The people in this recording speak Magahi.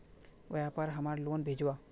व्यापार हमार लोन भेजुआ?